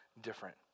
different